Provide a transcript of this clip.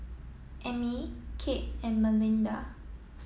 Emmy Kade and Melinda